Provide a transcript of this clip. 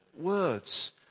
words